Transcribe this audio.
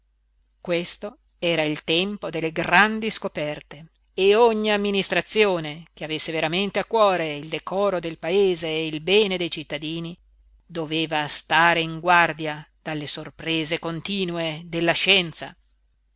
questo era il tempo delle grandi scoperte e ogni amministrazione che avesse veramente a cuore il decoro del paese e il bene dei cittadini doveva stare in guardia dalle sorprese continue della scienza